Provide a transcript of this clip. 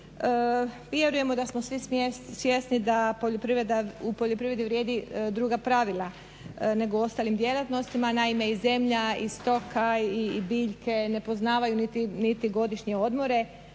Vjerujemo da smo svi svjesni da poljoprivreda, da u poljoprivredi vrijedi druga pravila nego u ostalim djelatnostima. Naime, i zemlja, i stoka, i biljke ne poznavaju niti godišnje odmore,